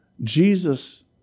Jesus